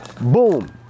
boom